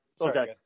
Okay